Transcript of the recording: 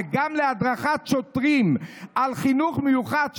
וגם להדרכת שוטרים על חינוך מיוחד,